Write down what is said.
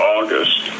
August